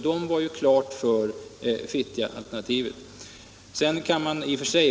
Den var klart för Fittjaalternativet.